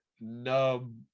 numb